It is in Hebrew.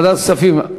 ועדת כספים.